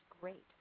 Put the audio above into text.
great